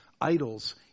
idols